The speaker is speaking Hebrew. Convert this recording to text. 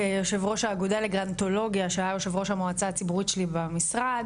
יושב ראש האגודה לגנטולוגיה שהיה יושב ראש המועצה הציבורית שלי במשרד,